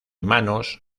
manos